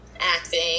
Acting